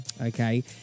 Okay